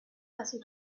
assez